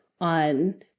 on